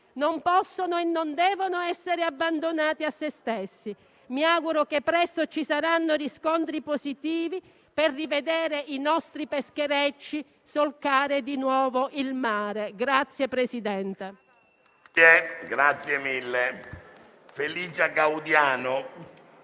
non possono e non devono essere abbandonati a se stessi. Mi auguro che presto ci saranno riscontri positivi per rivedere i nostri pescherecci solcare di nuovo il mare.